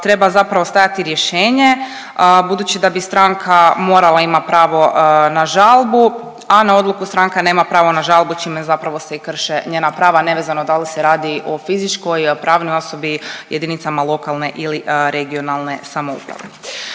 treba zapravo stajati rješenje budući da bi stranka morala, ima pravo na žalbu, a na odluku stranka nema pravo na žalbu, čime zapravo se i krše njena prava nevezano dal se radi o fizičkoj, pravnoj osobi, jedinicama lokalne ili regionalne samouprave.